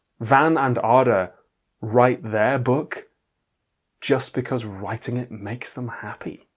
van and ada write their book just because writing it makes them happy.